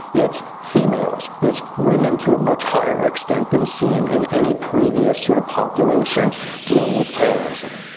it's females. it's women to a much higher extent than seen in any previous sort of population dealing with terrorism.